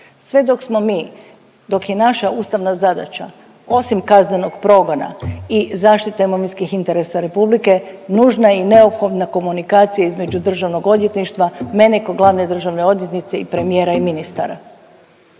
Sve dok smo mi, dok je naša ustavna zadaća osim kaznenog progona i zaštite imovinskih interesa Republike, nužna je i neophodna komunikacija između DORH-a, mene kao glavne državne odvjetnice i premijera i ministara.